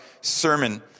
sermon